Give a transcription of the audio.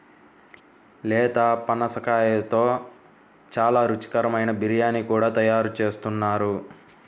లేత పనసకాయతో చాలా రుచికరమైన బిర్యానీ కూడా తయారు చేస్తున్నారు